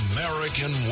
American